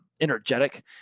energetic